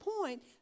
point